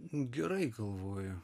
gerai galvoju